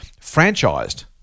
franchised